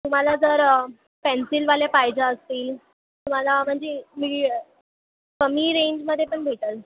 तुम्हाला जर पेन्सिलवाले पाहिजे असतील तुम्हाला म्हणजे मी कमी रेंजमध्ये पण भेटेल